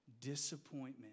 Disappointment